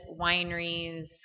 wineries